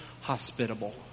hospitable